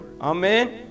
Amen